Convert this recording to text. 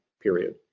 period